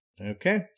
Okay